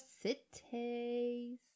cities